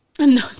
No